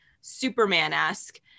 Superman-esque